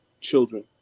children